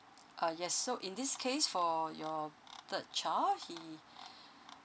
uh yes so in this case for your third child he